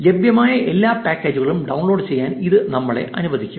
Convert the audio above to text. ലഭ്യമായ എല്ലാ പാക്കേജുകളും ഡൌൺലോഡ് ചെയ്യാൻ ഇത് നമ്മളെ അനുവദിക്കും